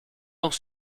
dans